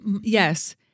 Yes